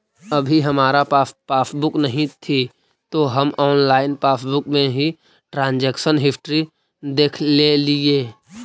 अभी हमारा पास पासबुक नहीं थी तो हम ऑनलाइन पासबुक में ही ट्रांजेक्शन हिस्ट्री देखलेलिये